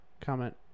Comment